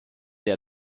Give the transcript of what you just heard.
der